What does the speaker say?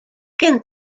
gen